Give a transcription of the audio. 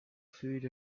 food